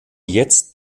jetzt